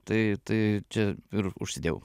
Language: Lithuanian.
tai tai čia ir užsidėjau